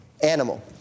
animal